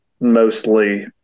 mostly